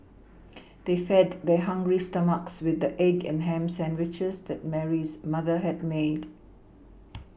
they fed their hungry stomachs with the egg and ham sandwiches that Mary's mother had made